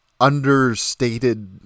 understated